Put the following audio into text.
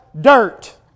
dirt